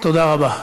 תודה רבה.